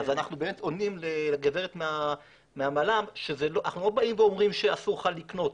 ואנחנו עונים לגברת מהממ"מ אז אנחנו לא אומרים שאסור לך לקנות,